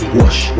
wash